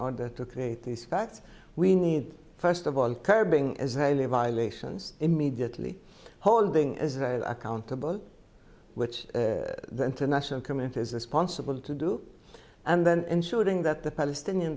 create these facts we need first of all curbing israeli violations immediately holding israel accountable which the international community is responsible to do and then ensuring that the palestinian